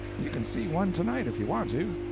you can see one to-night if you want to.